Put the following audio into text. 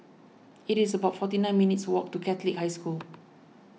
it is about forty nine minutes' walk to Catholic High School